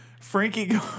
Frankie